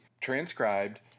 transcribed